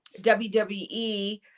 wwe